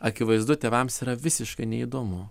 akivaizdu tėvams yra visiškai neįdomu